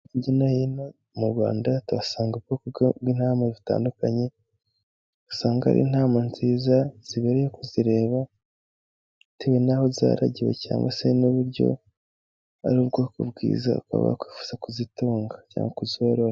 Hirya no hino mu Rwanda tuhasanga ubwoko bw'intama butandukanye, usanga ari intama nziza zibereye kuzireba, bitewe n'aho zaragiwe cyangwa se n'uburyo ari ubwoko bwiza, ukaba wakwifuza kuzitunga cyangwa kuzorora.